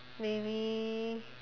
maybe